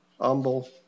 humble